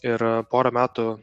ir pora metų